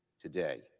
today